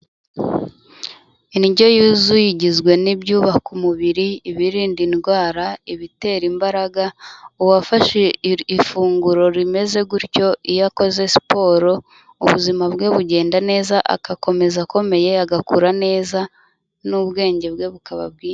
Indyo yuzuye igizwe n'ibyubaka umubiri, ibirinda indwara, ibitera imbaraga, uwafashe ifunguro rimeze gutyo iyo akoze siporo ubuzima bwe bugenda neza, agakomeza akomeye, agakura neza n'ubwenge bwe bukaba bwiza.